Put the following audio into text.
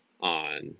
on